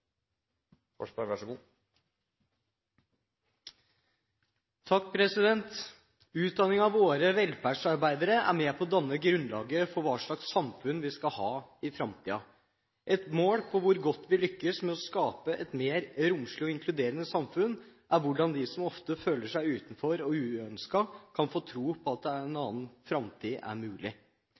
slags samfunn vi skal ha i framtiden. Et mål på hvor godt vi lykkes med å skape et mer romslig og inkluderende samfunn er hvordan de som ofte føler seg utenfor og uønsket, kan få tro på at en annen framtid er mulig. Det som er felles for velferdsarbeiderne, er